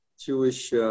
Jewish